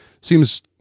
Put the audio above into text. Seems